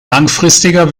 langfristiger